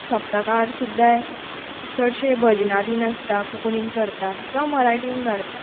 सप्तक सुद्दां चडशें भजनां बीन आसता कोंकणीन करतात जावं मराठीन करतात